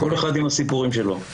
כל אחד עם הסיפורים שלו.